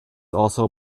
also